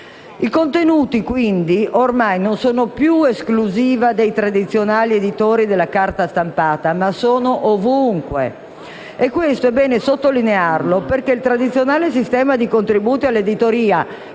I contenuti, quindi, ormai non sono più esclusiva dei tradizionali editori della carta stampata, ma sono ovunque. E questo è bene sottolinearlo, perché il tradizionale sistema di contributi all'editoria